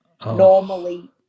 normally